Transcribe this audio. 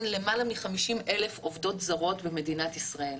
למעלה מ-50,000 עובדות זרות במדינת ישראל,